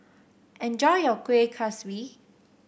enjoy your Kuih Kaswi